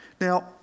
Now